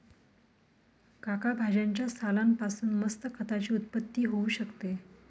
काका भाज्यांच्या सालान पासून मस्त खताची उत्पत्ती होऊ शकते